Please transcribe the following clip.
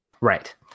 Right